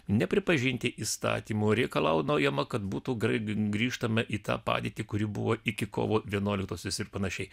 nepripažinti įstatymų reikalaujama kad būtų graib grįžtame į tą padėtį kuri buvo iki kovo vienuoliktosios ir panašiai